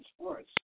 sports